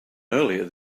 earlier